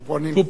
קופונים.